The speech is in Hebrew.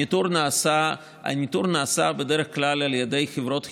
הניטור נעשה בדרך כלל על ידי חברות חיצוניות,